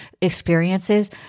experiences